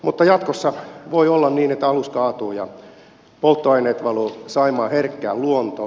mutta jatkossa voi olla niin että alus kaatuu ja polttoaineet valuvat saimaan herkkään luontoon